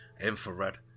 infrared